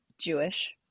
Jewish